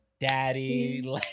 daddy